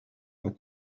what